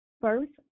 First